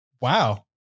Wow